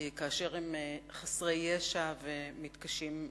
כאשר הם חסרי ישע ומתקשים בתפקוד.